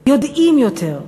יודעים יותר.